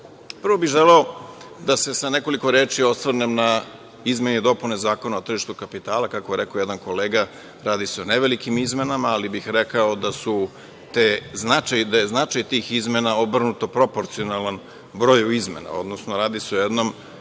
bih želeo da se sa nekoliko reči osvrnem na izmene i dopune Zakona o tržištu kapitala, kako je rekao jedan kolega, radi se o ne velikim izmenama, ali bih rekao da je značaj tih izmena obrnuto proporcionalan broju izmenama, odnosno, radi se o jednom,